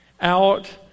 out